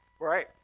Right